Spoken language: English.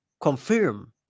confirm